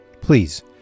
please